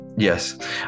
Yes